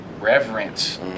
reverence